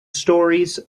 stories